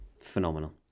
Phenomenal